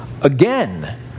again